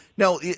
Now